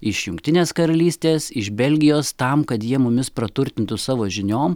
iš jungtinės karalystės iš belgijos tam kad jie mumis praturtintų savo žiniom